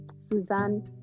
Suzanne